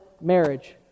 marriage